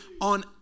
on